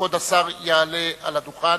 כבוד השר יעלה על הדוכן.